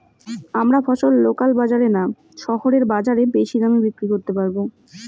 আমরা ফসল লোকাল বাজার না শহরের বাজারে বেশি দামে বিক্রি করতে পারবো?